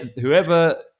Whoever